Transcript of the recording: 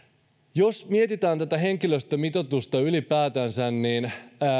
jos mietitään tätä henkilöstömitoitusta ylipäätänsä niin